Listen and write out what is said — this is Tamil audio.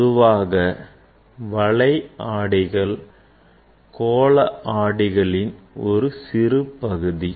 பொதுவாக வளை ஆடிகள் கோள ஆடிகளின் ஒரு சிறு பகுதி